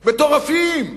מטורפים.